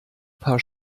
paar